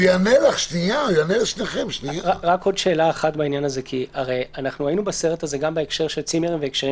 היינו בסרט הזה גם בהקשר של צימרים והקשרים